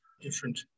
different